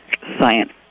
Science